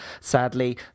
Sadly